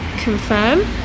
confirm